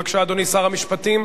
בבקשה, אדוני שר המשפטים,